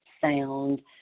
sound